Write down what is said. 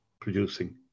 producing